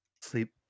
Sleep